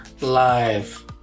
Live